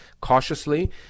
cautiously